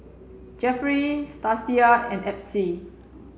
Jefferey Stacia and Epsie